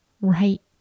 right